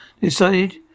decided